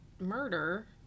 murder